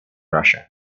russia